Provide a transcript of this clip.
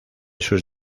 sus